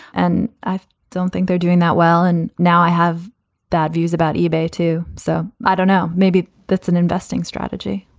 and i don't think they're doing that well. and now i have bad views about ebay, too. so i don't know, maybe that's an investing strategy